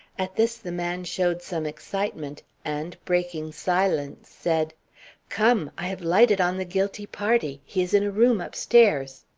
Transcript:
at this the man showed some excitement, and, breaking silence, said come! i have lighted on the guilty party. he is in a room upstairs.